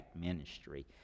ministry